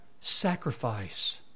sacrifice